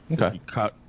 Okay